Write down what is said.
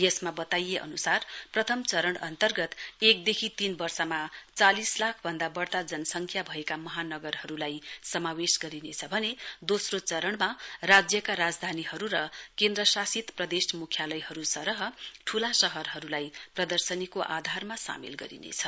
यसमा वताइए अनुसार प्रथम चरण अन्तर्गत एक देखि तीन वर्षमा चालिस लाख भन्दा वढ़ता जनसंख्या भएका महानगरहरुलाई समावे गरिनेछ भने दोस्रो चरणमा राज्यका राजधानीहरु र केन्द्रशासित प्रदेश मुख्यालयहरु सरह ठूला शहरहरुलाई प्रदर्शनीको आधारमा सामेल गरिनेछ